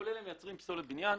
כל זה מייצר פסולת בניין.